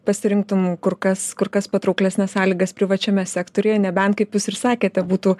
pasirinktum kur kas kur kas patrauklesnes sąlygas privačiame sektoriuje nebent kaip jūs ir sakėte būtų